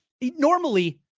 normally